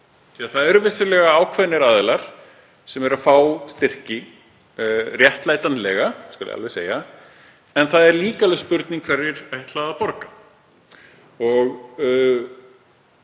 Það eru vissulega ákveðnir aðilar sem eru að fá styrki, réttlætanlega skal ég alveg segja, en það er líka alveg spurning hverjir ætla að borga.